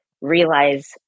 realize